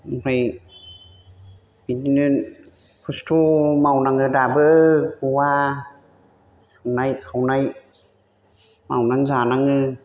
ओमफ्राय बिदिनो खस्त' मावनाङो दाबो गआ संनाय खावनाय मावनानै जानाङो